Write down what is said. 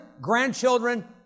grandchildren